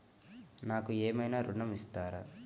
నాకు ఏమైనా ఋణం ఇస్తారా?